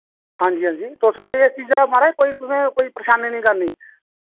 हां जी हां जी तुस कोई इस चीजा माराज कोई तुसें कोई परेशानी नी करनी